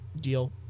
deal